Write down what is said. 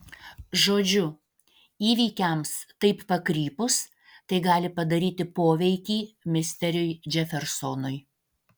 žodžiu įvykiams taip pakrypus tai gali padaryti poveikį misteriui džefersonui